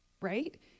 right